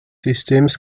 systems